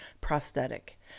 prosthetic